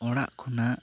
ᱚᱲᱟᱜ ᱠᱷᱚᱱᱟᱜ